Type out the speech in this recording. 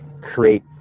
create